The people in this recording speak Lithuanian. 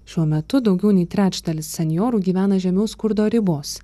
šiuo metu daugiau nei trečdalis senjorų gyvena žemiau skurdo ribos